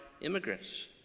immigrants